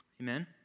Amen